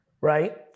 right